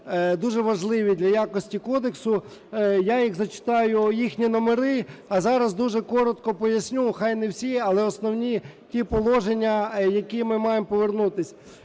дуже важливі для якості Кодексу, я їх зачитаю, їхні номери. А зараз дуже коротко поясню, хай не всі, але основні ті положення, в які ми маємо повернутися.